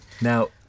Now